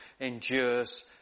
endures